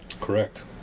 Correct